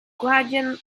guardian